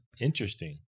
Interesting